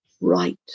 right